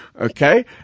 okay